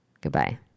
Goodbye